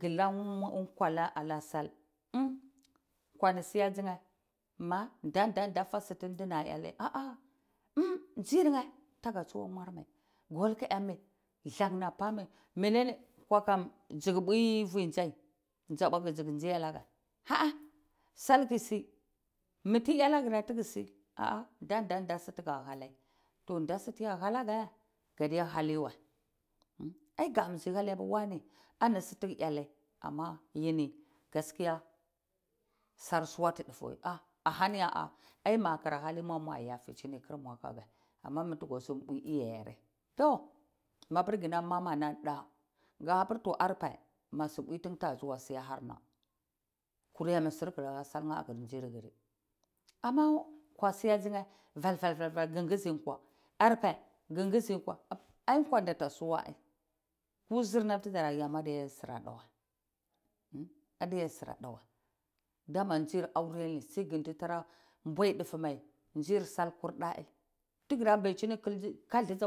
gi la kwa a'a sal kwani siya dzine nda-nda-nda site ndi ni ada yalai aa ndzir neh taga tsuwai mwut muai wal na apani alang neh apani menene nkwankwa dzigi pwi vi kai haa, sal kisi mitiyalagen rai tigi si nda-nda-nda sitiga halai toh nda siti ya halaga gadiya halai wai ai gambisi haniyapir wane ani sitiga hanai ama yini gaskiya sar suwatu duge wai ai ma makra hanai mua yafacini kirmua aka geh ama mi tugo muar pwi iya yare tor mapir ginam mama nam da ga ha pirarpe ma sun pwi tine taga siyarvainar ha kura ma sirgir aka salar nheh agir kurar sirgir ama kwa siya dzi nheh gheh ngizi nkwa arpeh ngi ngnizi kwa ai kwanda ata suwa ai ko zir nam tidarayama adiya da siman dawa adiya du sinam dawai dama nzir aure ni sai gunam dara mbwai dufu mai nzir sai kulta ai tigira bacini kildsi